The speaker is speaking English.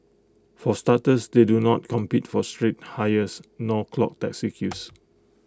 for starters they do not compete for street hires nor clog taxi queues